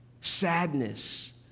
sadness